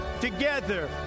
together